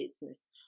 business